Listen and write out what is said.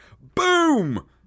boom